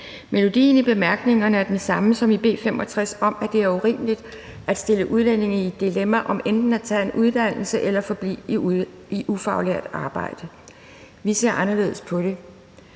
Melodien i bemærkningerne er den samme som i B 65 om, at det er urimeligt at stille udlændinge i et dilemma om enten at tage en uddannelse eller forblive i ufaglært arbejde. Vi ser anderledes på det.